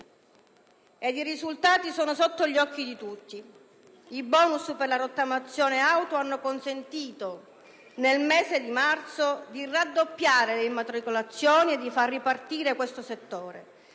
I risultati sono sotto gli occhi di tutti. I *bonus* per la rottamazione auto hanno consentito, nel mese di marzo, di raddoppiare le immatricolazioni e di far ripartire questo settore.